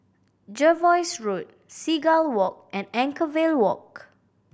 Jervois Road Seagull Walk and Anchorvale Walk